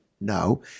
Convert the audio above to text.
No